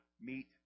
meet